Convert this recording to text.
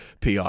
PR